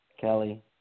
Kelly